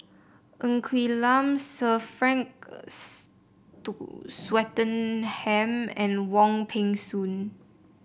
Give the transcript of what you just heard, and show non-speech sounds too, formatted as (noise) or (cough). Ng Quee Lam Sir Frank (unintelligible) Swettenham and Wong Peng Soon